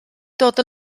dod